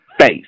face